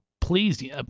please